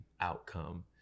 outcome